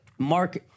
Mark